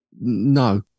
No